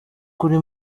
kuri